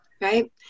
right